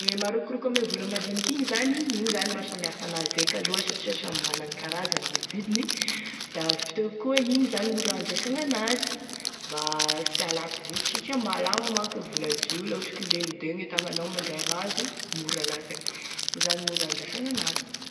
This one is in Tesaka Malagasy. Gne marokoroko ame vola madiniky igny zany igny zany e maha samihafa an'azy eky aloha satria samy managny e karazany e vidiny da avy teo koa igny zany e mora handraisagny an'azy mba sy halaky vosotry satria malama manko e vola vy io la ohatry ka legnindegny e tagnanao mandray an'azy mora lasaky igny zany e mora handraisagny an'azy.